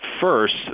first